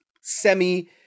semi